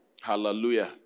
Hallelujah